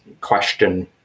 question